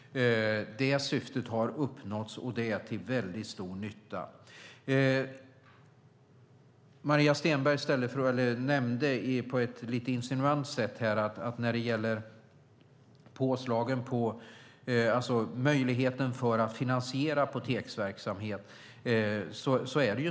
Syftet har uppnåtts, och det är till väldigt stor nytta. Maria Stenberg nämnde på ett lite insinuant sätt möjligheten att finansiera apoteksverksamhet.